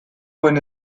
buen